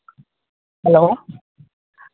hello